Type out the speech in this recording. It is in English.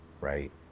right